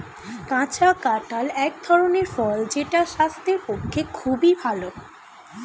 কাঁচা কাঁঠাল এক ধরনের ফল যেটা স্বাস্থ্যের পক্ষে খুবই ভালো